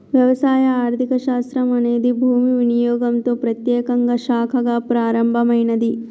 వ్యవసాయ ఆర్థిక శాస్త్రం అనేది భూమి వినియోగంతో ప్రత్యేకంగా శాఖగా ప్రారంభమైనాది